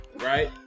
right